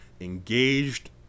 engaged